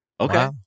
Okay